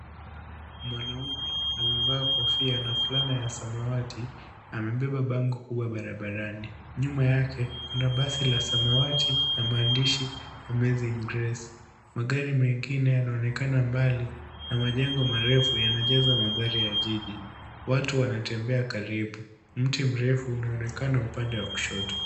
Mwanaume amevaa kofia na fulana ya samwati, amebeba bango kubwa barabarani. Nyuma yake kuna basi la samawati na maandishi Amaizing grace . Magari mengine yanaonekana mbali na majengo marefu yanajaza mandhari ya jiji. Wtu wanatembea karibu, mti mrefu unaonekana upande wa kushoto.